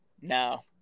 No